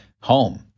home